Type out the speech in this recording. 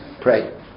Pray